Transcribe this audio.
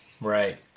Right